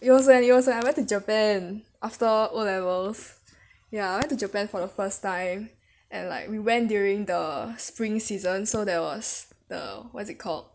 it was when it was when I went to japan after O levels ya to japan for the first time and like we went during the spring season so there was the what is it called